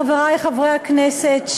חברי חברי הכנסת,